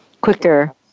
quicker